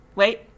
Wait